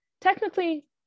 technically